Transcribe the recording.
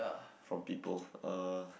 from people uh